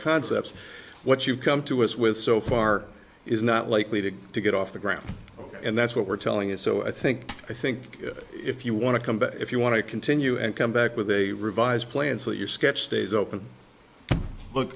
concepts what you've come to us with so far is not likely to get off the ground and that's what we're telling it so i think i think if you want to come back if you want to continue and come back with a revised plan so that your sketch stays open look